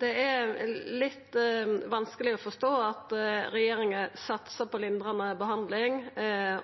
Det er litt vanskeleg å forstå at regjeringa satsar på lindrande behandling